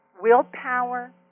willpower